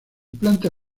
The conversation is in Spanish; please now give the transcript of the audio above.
planta